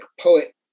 poet